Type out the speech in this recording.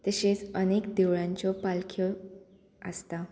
तशेंच अनेक देवळांच्यो पालख्यो आसता